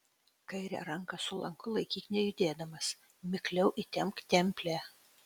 kairę ranką su lanku laikyk nejudėdamas mikliau įtempk templę